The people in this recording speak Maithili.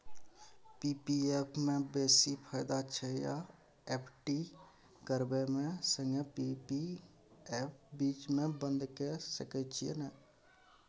पी.पी एफ म बेसी फायदा छै या एफ.डी करबै म संगे पी.पी एफ बीच म बन्द के सके छियै न?